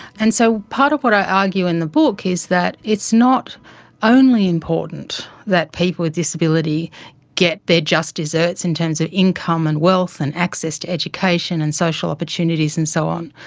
and so part of what i argue in the book is that it's not only important that people with disability get their just desserts in terms of income and wealth and access to education and social opportunities and so on.